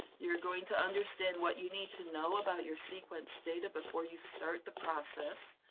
you are going to understand what you need to know about your sequenced data before you start the process,